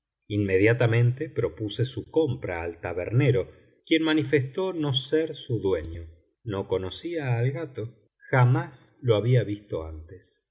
inmediatamente propuse su compra al tabernero quien manifestó no ser su dueño no conocía al gato jamás lo había visto antes